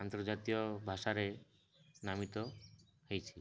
ଆନ୍ତର୍ଜାତୀୟ ଭାଷାରେ ନାମିତ ହେଇଛି